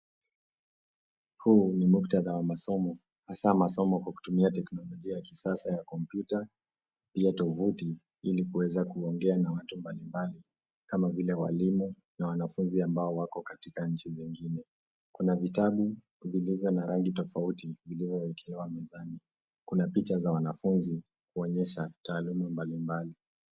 Huu ni muktadha wa masomo hasa masomo kwa kutumia teknolojia ya kisasa ya kompyuta pia tovuti ili kuweza kuongea na watu mbalimbali kama vile walimu na wanafunzi ambao wako katika nchi zingine. Kuna vitabu vilivyo na rangi tofauti vilivyowekewa mezani. Kuna picha za wanafunzi huonyesha taaluma mbalimbali.